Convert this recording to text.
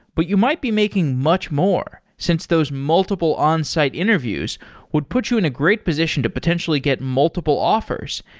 but you might be making much more since those multiple onsite interviews would put you in a great position to potentially get multiple offers,